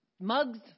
mugs